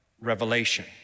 revelation